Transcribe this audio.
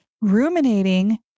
ruminating